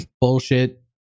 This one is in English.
bullshit